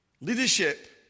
Leadership